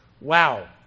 Wow